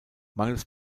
mangels